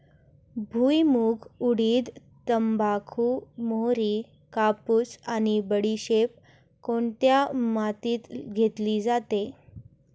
भुईमूग, उडीद, तंबाखू, मोहरी, कापूस आणि बडीशेप कोणत्या मातीत घेतली जाते?